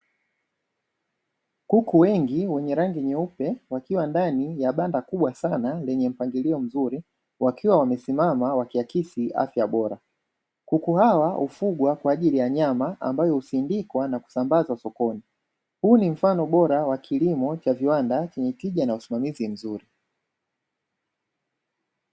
Kuku wengi wenye rangi nyeupe wakiwa ndani ya banda kubwa sana lenye mpangilio mzuri wakiwa wamesimama wakiakisi afya bora. Kuku hawa hufugwa kwa ajili ya nyama ambayo husindikwa na kusambaza sokoni. Huu ni mfano bora wa kilimo cha viwanda chenye tija na usimamizi mzuri.